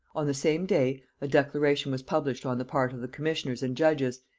on the same day a declaration was published on the part of the commissioners and judges,